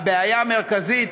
הבעיה המרכזית